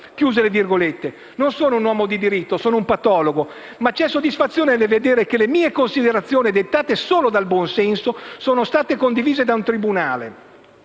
chiusa». Non sono uomo di diritto, ma un patologo, e c'è soddisfazione nel vedere che le mie considerazioni, dettate dal solo buon senso, sono state condivise da un tribunale.